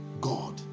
God